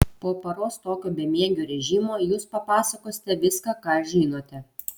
po paros tokio bemiegio režimo jūs papasakosite viską ką žinote